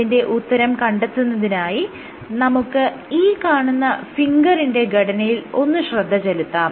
ഇതിന്റെ ഉത്തരം കണ്ടെത്തുന്നതിനായി നമുക്ക് ഈ കാണുന്ന ഫിംഗറിന്റെ ഘടനയിൽ ഒന്ന് ശ്രദ്ധ ചെലുത്താം